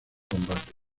combate